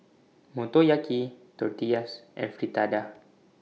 Motoyaki Tortillas and Fritada